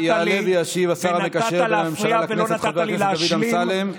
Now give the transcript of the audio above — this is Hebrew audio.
יעלה וישיב השר המקשר בין הממשלה לכנסת חבר הכנסת דוד אמסלם.